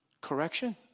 Correction